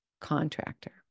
Contractor